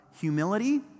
humility